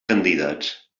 candidats